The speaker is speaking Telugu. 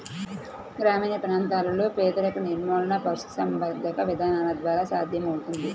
గ్రామీణ ప్రాంతాలలో పేదరిక నిర్మూలన పశుసంవర్ధక విధానాల ద్వారా సాధ్యమవుతుంది